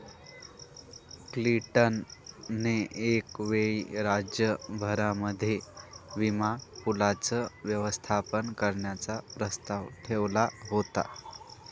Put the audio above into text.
Clinton ने एक वेळी राज्य भरामध्ये विमा पूलाचं व्यवस्थापन करण्याचा प्रस्ताव ठेवला होता